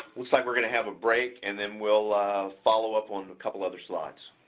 looks like we're gonna have a break, and then we'll follow up on a couple other slides.